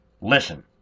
Listen